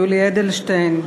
אדלשטיין,